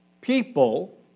People